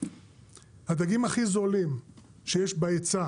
הדגים הכי זולים שיש בהיצע